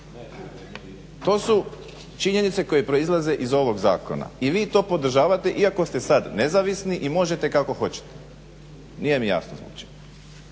To su činjenice koje proizlaze iz ovog zakona i vi to podržavate iako ste sad nezavisni i možete kako hoćete. Nije mi jasno zbog